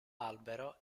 albero